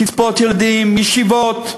קצבאות ילדים, ישיבות,